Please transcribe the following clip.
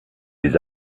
les